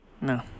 No